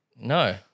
No